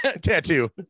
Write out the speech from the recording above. Tattoo